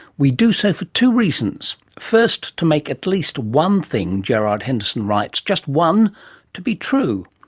we do so for two reasons. first, to make at least one thing gerard henderson writes just one to be true.